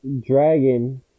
dragon